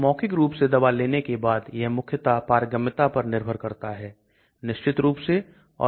तो प्रायोगिक रुप से मैं logP की गणना कैसे करूं